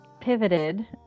pivoted